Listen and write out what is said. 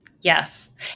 Yes